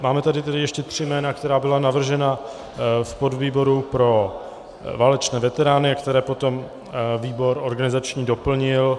Máme tady ještě tři jména, která byla navržena v podvýboru pro válečné veterány, které potom výbor organizační doplnil.